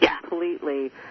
completely